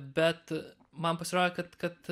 bet man pasirodė kad kad